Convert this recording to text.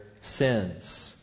sins